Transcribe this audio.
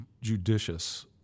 judicious